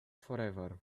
forever